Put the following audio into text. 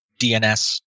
DNS